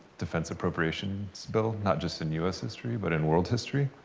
defense appropriations bill, not just in us history but in world history.